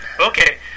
Okay